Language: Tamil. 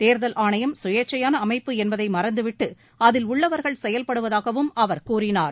தேர்தல் ஆணையம் சுயேச்சையான அமைப்பு என்பதை மறந்துவிட்டு அதில் உள்ளவர்கள் செயல்படுவதாகவும் அவர் கூறினார்